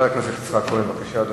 חבר הכנסת יצחק כהן, בבקשה.